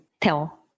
tell